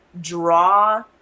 draw